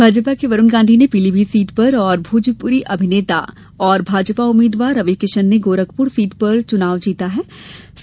भाजपा के वरूण गांधी ने पीलीभीत सीट पर और भोजपुरी अभिनेता और भाजपा उम्मीदवार रविकिशन ने गोरखपुर सीट पर जीत हासिल की है